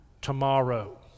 Tomorrow